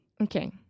Okay